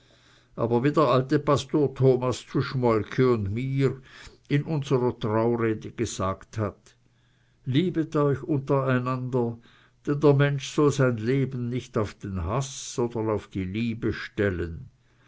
aber wie der alte pastor thomas zu schmolke un mir in unsrer traurede gesagt hat liebet euch untereinander denn der mensch soll sein leben nich auf den haß sondern auf die liebe stellen